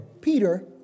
Peter